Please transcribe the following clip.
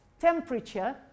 temperature